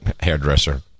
hairdresser